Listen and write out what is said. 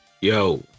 yo